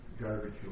garbage